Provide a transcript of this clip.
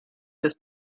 des